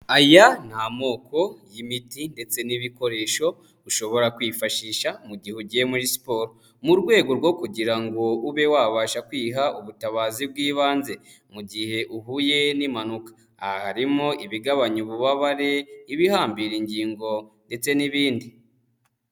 Aya ni imoko y'imiti ndetse n'ibikoresho ushobora kwifashisha mu gihe ugiye muri siporo mu rwego rwo kugira ngo ube wabasha kwiha ubutabazi bw'ibanze mu gihe uhuye n'impanuka, aha harimo ibigabanya ububabare, ibihambira ingingo ndetse n'ibindi.